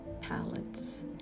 palettes